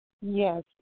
Yes